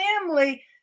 family